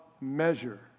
measure